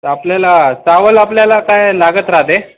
आपल्याला चावल आपल्याला काय लागत राहते